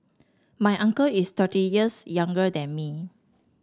my uncle is thirty years younger than me